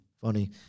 Funny